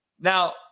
Now